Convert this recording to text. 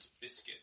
biscuit